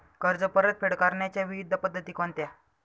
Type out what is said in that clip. कर्ज परतफेड करण्याच्या विविध पद्धती कोणत्या?